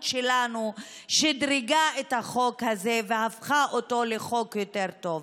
שלנו שדרגה את החוק הזה והפכה אותו לחוק יותר טוב.